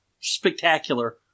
spectacular